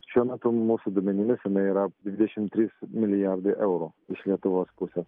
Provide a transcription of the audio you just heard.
šiuo metu mūsų duomenimis jinai yra dvidešim trys milijardai eurų iš lietuvos pusės